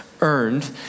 earned